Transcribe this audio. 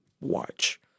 watch